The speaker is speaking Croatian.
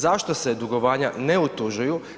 Zašto se dugovanja ne utužuju?